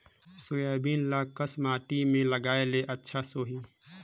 Soybean ल कस माटी मे लगाय ले अच्छा सोही?